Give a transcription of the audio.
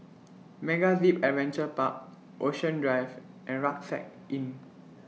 MegaZip Adventure Park Ocean Drive and Rucksack Inn